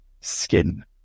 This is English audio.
skin